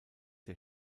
der